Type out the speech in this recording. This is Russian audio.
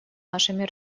нашими